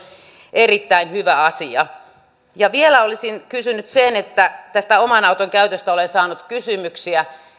erittäin hyvä asia ja vielä olisin kysynyt kun tästä oman auton käytöstä olen saanut kysymyksiä